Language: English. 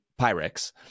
Pyrex